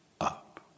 up